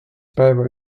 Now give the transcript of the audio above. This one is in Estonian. päeva